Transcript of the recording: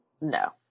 No